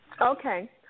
Okay